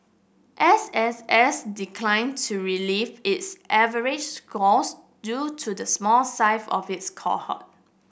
S S S declined to reveal its average scores due to the small size of its cohort